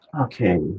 Okay